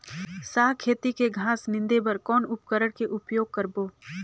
साग खेती के घास निंदे बर कौन उपकरण के उपयोग करबो?